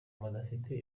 mudafite